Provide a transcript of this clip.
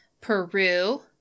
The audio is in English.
Peru